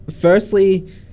firstly